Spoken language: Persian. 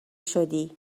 شدی